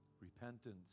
Repentance